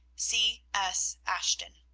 c. s. ashton.